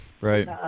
Right